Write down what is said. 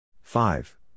Five